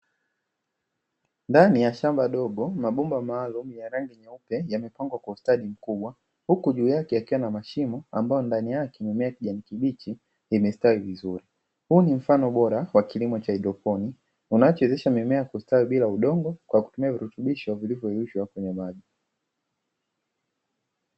Ndani ya shamba dogo mabomba maalumu ya rangi nyeupe yamepangwa kwa ustadi mkubwa huku juu yake yakiwa na mashimo ambayo ndani yake mimea ya kijani kibichi imestawi vizuri, huu ni mfano bora wa kilimo cha hydroproni unachowezesha mimea kustawi bila udongo kwa kutumia virutubisho vilivyoyeyushwa kwenye maji.